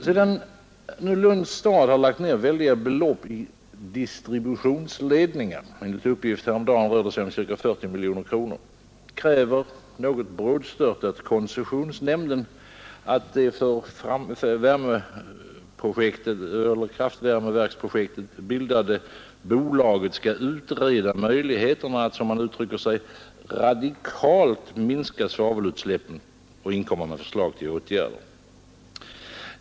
Sedan Lunds stad lagt ned väldiga belopp i distributionsledningar — enligt uppgift häromdagen rör det sig om ca 40 miljoner kronor — kräver koncessionsnämnden något brådstörtat att det för kraftvärmeprojektet bildade bolaget skall utreda möjligheterna att, som man uttrycker sig, radikalt minska svavelutsläppen och inkomma med förslag till åtgärder.